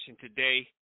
today